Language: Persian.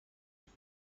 کنیم